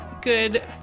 good